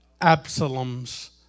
Absalom's